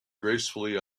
gracefully